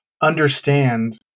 understand